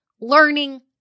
learning